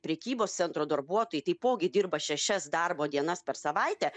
prekybos centro darbuotojai taipogi dirba šešias darbo dienas per savaitę